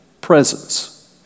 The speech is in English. presence